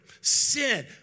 sin